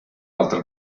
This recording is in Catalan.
altre